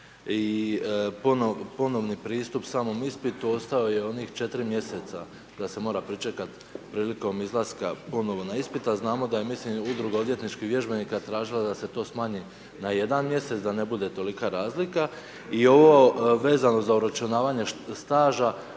i ponovni pristup samom ispitu ostao je onih 4 mjeseca da se mora pričekat prilikom izlaska ponovo na ispit, a znamo da je, mislim Udruga odvjetničkih vježbenika, tražila da se to smanji na jedan mjesec, da ne bude tolika razlika i ovo vezano za uračunavanje staža,